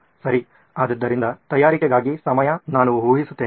ಸರಿ ಆದ್ದರಿಂದ ತಯಾರಿಗಾಗಿ ಸಮಯ ನಾನು ಊಹಿಸುತ್ತೇನೆ